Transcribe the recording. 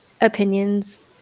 opinions